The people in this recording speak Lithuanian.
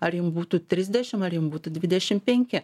ar jum būtų trisdešim ar jum būtų dvidešim penki